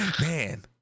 Man